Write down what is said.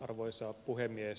arvoisa puhemies